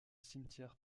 cimetière